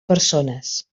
persones